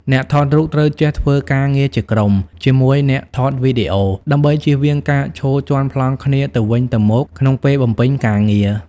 អ្នកថតរូបត្រូវចេះធ្វើការងារជាក្រុមជាមួយអ្នកថតវីដេអូ ដើម្បីចៀសវាងការឈរជាន់ប្លង់គ្នាទៅវិញទៅមកក្នុងពេលបំពេញការងារ។